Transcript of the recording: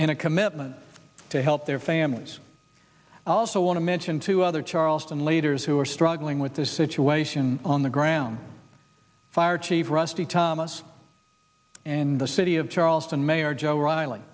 and a commitment to help their families i also want to mention two other charleston leaders who are struggling with this situation on the ground fire chief rusty thomas and the city of charleston mayor joe riley